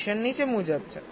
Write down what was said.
નિરીક્ષણ નીચે મુજબ છે